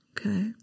Okay